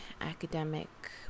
academic